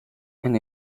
and